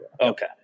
Okay